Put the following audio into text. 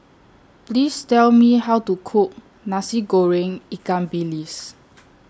Please Tell Me How to Cook Nasi Goreng Ikan Bilis